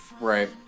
Right